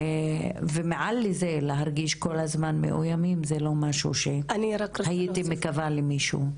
ומעל לזה להרגיש כל הזמן מאוימים זה לא משהו שהייתי מאחלת למישהו.